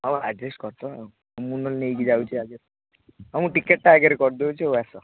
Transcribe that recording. ହଉ ଆଡଜେଷ୍ଟ କରିଦବା ଆଉ ମୁଁ ନହେଲେ ନେଇ କି ଯାଉଛି ଆଗରେ ହଉ ମୁଁ ଟିକେଟ୍ଟା ଆଗରେ କରି ଦେଉଛି ଆସ